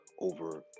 over